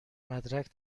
مدرک